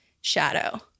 shadow